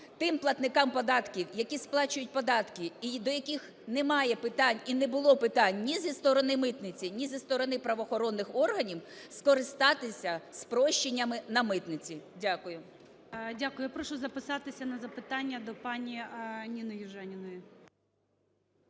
тим платникам податків, які сплачують податки і до яких немає питань, і не було питань ні зі сторони митниці, ні зі сторони правоохоронних органів, скористатися спрощеннями на митниці. Дякую. Веде засідання Перший заступник Голови